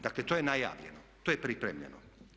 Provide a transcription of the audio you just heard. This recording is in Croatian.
Dakle to je najavljeno, to je pripremljeno.